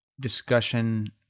discussion